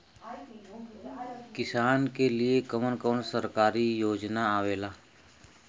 किसान के लिए कवन कवन सरकारी योजना आवेला?